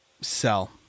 sell